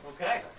Okay